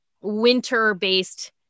winter-based